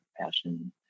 passion